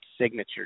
signature